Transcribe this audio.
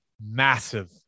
massive